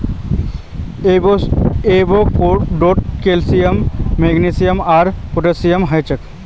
एवोकाडोत calcium magnesium आर potassium हछेक